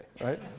right